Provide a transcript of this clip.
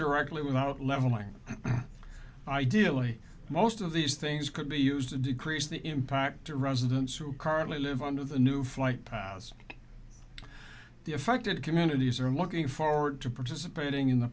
directly without leveling ideally most of these things could be used to decrease the impact residents who currently live under the new flight the affected communities are looking forward to participating in the